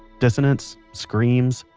dissonance, screams,